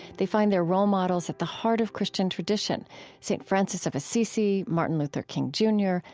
they find their role models at the heart of christian tradition st. francis of assisi, martin luther king jr,